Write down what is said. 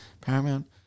Paramount